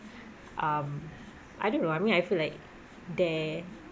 um I don't know I mean I feel like there